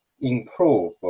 improve